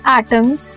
atoms